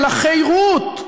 לחירות,